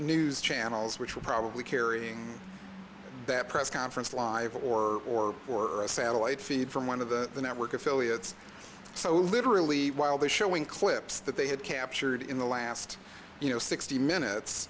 news channels which were probably carrying that press conference live or for a satellite feed from one of the network affiliates so literally while they're showing clips that they had captured in the last you know sixty minutes